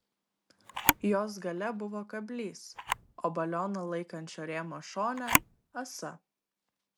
jos gale buvo kablys o balioną laikančio rėmo šone ąsa